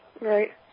Right